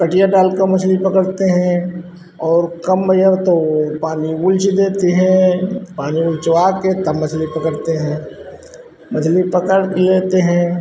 कटिया डालकर मछली पकड़ते हैं और कम तो पानी उलीच देते हैं पानी उलचवाकर तब मछली पकड़ते हैं मछली पकड़ लेते हैं